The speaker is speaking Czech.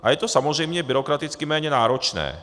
A je to samozřejmě byrokraticky méně náročné.